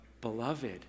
beloved